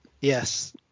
yes